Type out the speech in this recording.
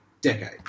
decade